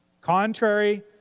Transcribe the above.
contrary